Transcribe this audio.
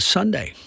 Sunday